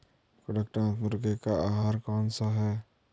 कड़कनाथ मुर्गे का आहार कौन सा है?